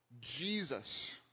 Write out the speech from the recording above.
Jesus